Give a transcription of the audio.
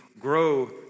grow